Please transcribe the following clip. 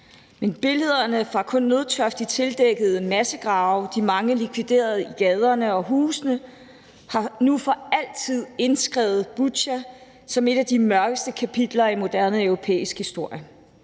men billederne af kun nødtørftigt tildækkede massegrave, de mange likviderede i gaderne og husene har nu for altid indskrevet Butja som et af de mørkeste kapitler i moderne europæisk historie.